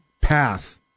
path